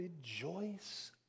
rejoice